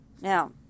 Now